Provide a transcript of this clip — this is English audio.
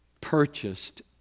purchased